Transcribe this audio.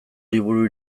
liburu